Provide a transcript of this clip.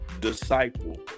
disciple